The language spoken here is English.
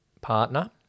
partner